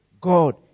God